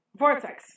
vortex